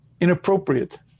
inappropriate